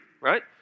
right